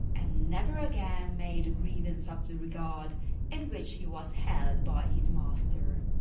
and never again made a grievance of the regard in which he was held by his master.